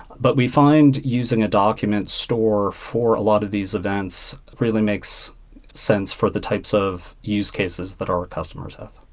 but we find using a document store for a lot of these events really makes sense for the types of use cases that our customers have